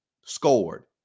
scored